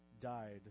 died